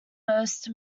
most